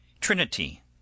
Trinity